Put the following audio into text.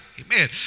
Amen